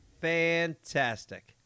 Fantastic